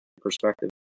perspective